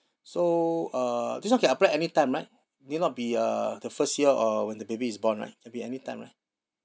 so uh this [one] can apply any time right need not be uh the first year or when the baby is born right can be any time right